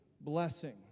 blessing